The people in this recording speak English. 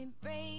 break